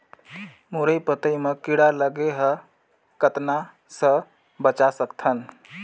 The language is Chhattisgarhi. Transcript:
मुरई पतई म कीड़ा लगे ह कतना स बचा सकथन?